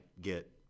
get